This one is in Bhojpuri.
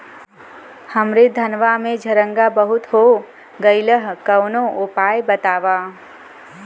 हमरे धनवा में झंरगा बहुत हो गईलह कवनो उपाय बतावा?